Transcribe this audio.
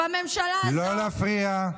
לא להפריע.